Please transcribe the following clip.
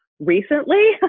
recently